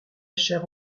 chère